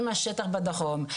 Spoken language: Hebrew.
עם השטח בדרום,